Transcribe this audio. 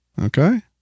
Okay